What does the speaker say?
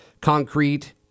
concrete